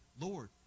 Lord